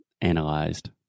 Analyzed